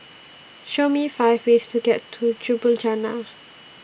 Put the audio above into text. Show Me five ways to get to Ljubljana